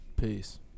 Peace